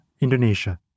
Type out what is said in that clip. Indonesia